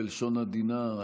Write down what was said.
בלשון עדינה,